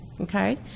okay